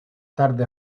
tarde